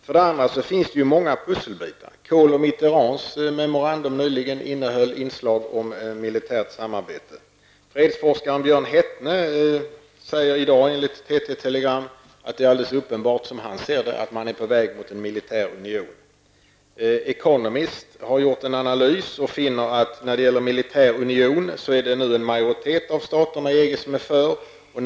För det andra finns det många pusselbitar. Kohls och Mitterrands memorandum nyligen innehöll inslag om ett militärt samarbete. Fredsforskaren Björn Hettne säger enligt ett TT-telegram i dag att det är alldeles uppenbart, som han ser det, att man är på väg mot en militär union. The Economist har gjort en analys som visar att en majoritet av staterna i EG nu är för en militär union.